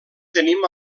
tenim